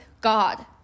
God